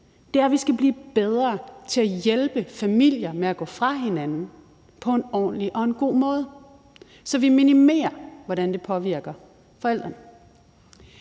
er, at vi skal blive bedre til at hjælpe familier med at gå fra hinanden på en ordentlig og en god måde, så vi minimerer, hvordan det påvirker forældrene.